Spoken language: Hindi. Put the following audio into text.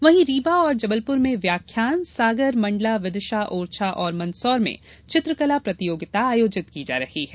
वहीं रीवा और जबलपुर में व्याख्यान सागर मंडला विदिशा ओरछा और मंदसौर में चित्रकला प्रतियोगिता आयोजित की जा रही है